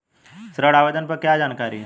ऋण आवेदन पर क्या जानकारी है?